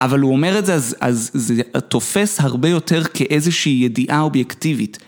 אבל הוא אומר את זה, אז זה תופס הרבה יותר כאיזושהי ידיעה אובייקטיבית.